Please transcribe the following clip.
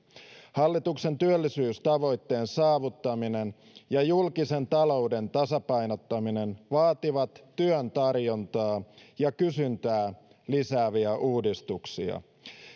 hallituksen työllisyystavoitteen saavuttaminen ja julkisen talouden tasapainottaminen vaativat työn tarjontaa ja kysyntää lisääviä uudistuksia